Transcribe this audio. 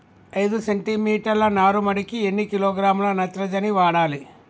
ఐదు సెంటిమీటర్ల నారుమడికి ఎన్ని కిలోగ్రాముల నత్రజని వాడాలి?